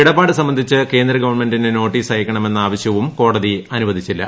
ഇടപാട് സംബന്ധിച്ച് കേന്ദ്ര ഗവൺമെന്റിന് നോട്ടീസ് അയക്കണമെന്ന ആവശ്യവും കോടതി അനുവദിച്ചില്ല